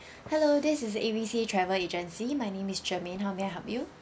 hello this is A B C travel agency my name is germaine how may I help you